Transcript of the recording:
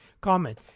Comment